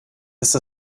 ist